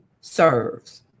serves